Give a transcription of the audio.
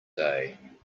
day